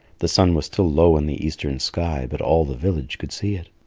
the sun was still low in the eastern sky, but all the village could see it.